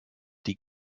die